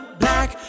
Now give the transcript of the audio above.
black